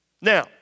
Now